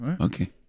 Okay